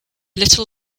little